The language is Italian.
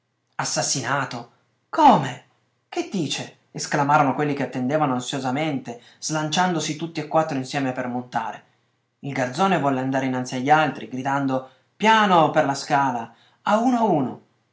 assassinato come che dice esclamarono quelli che attendevano ansiosamente slanciandosi tutti e quattro insieme per montare il garzone volle andare innanzi agli altri gridando piano per la scala a uno a uno